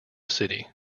city